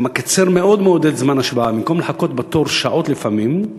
זה מקצר מאוד מאוד את זמן ההצבעה: במקום לחכות בתור שעות לפעמים,